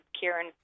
Kieran